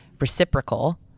reciprocal